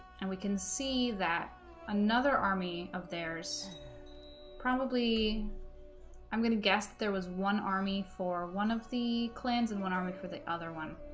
and we can see that another army of theirs probably i'm gonna guess there was one army for one of the clans and one army for the other one